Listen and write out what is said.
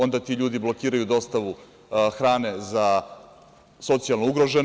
Onda ti ljudi blokiraju dostavu hrane za socijalno ugrožene.